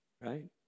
right